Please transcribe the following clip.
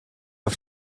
auf